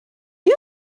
you